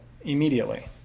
immediately